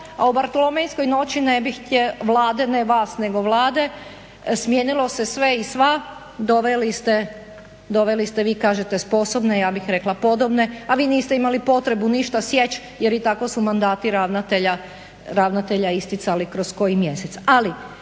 a o bartolomejskoj noći Vlade, ne vas nego Vlade, smijenilo se sve i sva, doveli ste vi kažete sposobne, ja bih rekla podobne, a vi niste imali potrebu ništa sjeći jer i tako su mandati ravnatelja istjecali kroz koji mjesec.